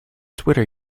twitter